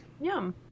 Yum